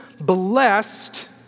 blessed